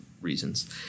reasons